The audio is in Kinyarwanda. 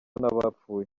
n’abapfuye